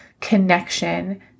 connection